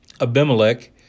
Abimelech